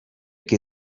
che